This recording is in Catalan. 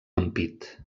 ampit